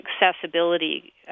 accessibility